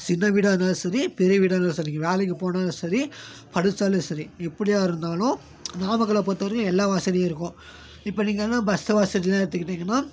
சின்ன வீடாக இருந்தாலும் சரி பெரிய வீடாக இருந்தாலும் சரி நீங்கள் வேலைக்கு போனாலும் சரி படித்தாலும் சரி எப்பிடியாக இருந்தாலும் நாமக்கல்லை பொறுத்தவரையும் எல்லா வசதியும் இருக்கும் இப்போது நீங்கன்னா பஸ் வசதிலாம் எடுத்துக்கிட்டீங்கன்னா